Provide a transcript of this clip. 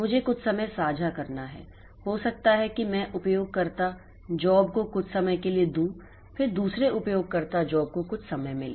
मुझे कुछ समय साझा करना है I हो सकता है कि मैं उपयोगकर्ता जॉब को कुछ समय के लिए दूं फिर दूसरे उपयोगकर्ता जॉब को कुछ समय मिलें